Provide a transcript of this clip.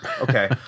Okay